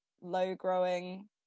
low-growing